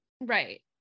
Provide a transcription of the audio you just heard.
Right